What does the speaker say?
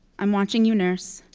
i'm watching you nurse,